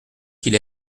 qu’il